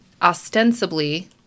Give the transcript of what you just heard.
ostensibly